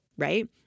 Right